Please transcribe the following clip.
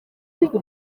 kuko